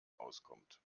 auskommt